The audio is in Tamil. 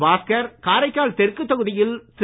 பாஸ்கர் காரைக்கால் தெற்கு தொகுதியில் திரு